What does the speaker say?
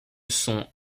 sont